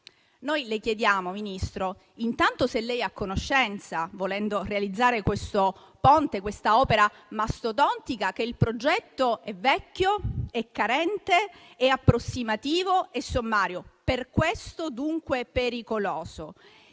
Noi le chiediamo, signor Ministro, intanto se lei è a conoscenza, volendo realizzare il Ponte, un'opera mastodontica, che il progetto è vecchio, carente, approssimativo e sommario e, per questo, pericoloso.